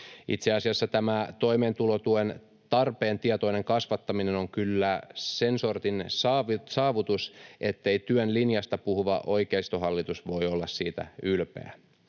Itse asiassa tämä toimeentulotuen tarpeen tietoinen kasvattaminen on kyllä sen sortin saavutus, ettei työn linjasta puhuva oikeistohallitus voi olla siitä ylpeä